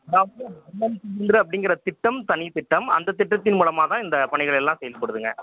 அப்படிங்கிற திட்டம் தனித்திட்டம் அந்த திட்டத்தின் மூலமாக தான் இந்த பணிகளெல்லாம் செயல்படுதுங்க